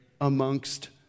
amongst